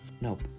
nope